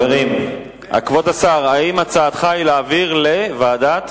כבוד השר, האם הצעתך היא להעביר, לוועדת?